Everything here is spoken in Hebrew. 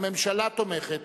הממשלה תומכת.